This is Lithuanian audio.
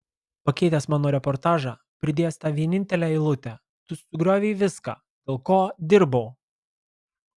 pakeitęs mano reportažą pridėjęs tą vienintelę eilutę tu sugriovei viską dėl ko dirbau